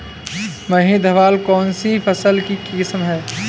माही धवल कौनसी फसल की किस्म है?